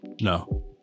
No